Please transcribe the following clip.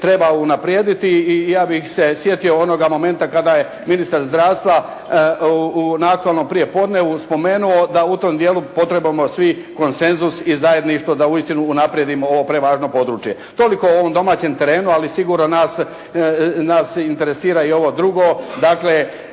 treba unaprijediti i ja bih se sjetio onoga momenta kada ministar zdravstva na aktualnom prijepodnevu spomenuo da u tom dijelu postignemo svi konsenzus i zajedništvo da uistinu unaprijedimo ovo prevažno područje. Toliko o domaćem terenu, ali sigurno nas interesira i ovom drugo,